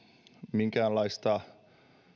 minkäänlaista